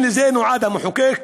האם לזה נועד המחוקק?